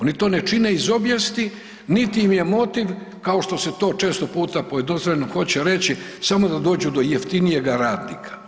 Oni to ne čine iz obijesti niti im je motiv kao što se to često puta pojednostavljeno hoće reći, samo da dođu do jeftinijega radnika.